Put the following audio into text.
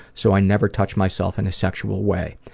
so i never touch myself in a sexual way.